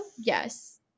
yes